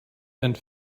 and